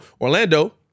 Orlando